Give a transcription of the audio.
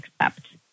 accept